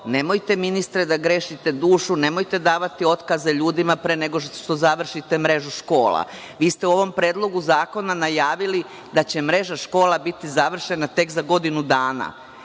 nemojte, ministre, da grešite dušu. Nemojte davati otkaze ljudima pre nego što završite mrežu škola. Vi ste u ovom Predlogu zakona najavili da će mreža škola završena tek za godinu dana.